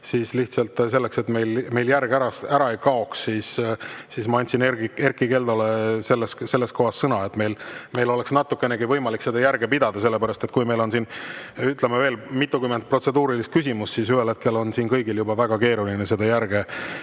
Lihtsalt selleks, et meil järg ära ei kaoks, ma andsin Erkki Keldole selles kohas sõna. Just, et meil oleks natukenegi võimalik seda järge pidada. Kui meil on, ütleme, veel mitukümmend protseduurilist küsimust, siis ühel hetkel on siin kõigil väga keeruline järge